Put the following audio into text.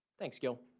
thanks, gil.